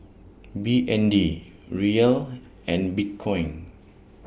B N D Riyal and Bitcoin